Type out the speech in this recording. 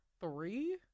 three